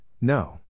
no